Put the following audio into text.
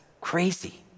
crazy